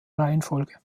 reihenfolge